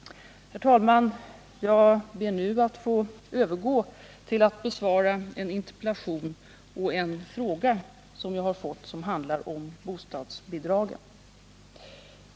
Herr talman! Jag ber nu att få övergå till att besvara en interpellation och en fråga som jag har fått och som handlar om bostadsbidragen.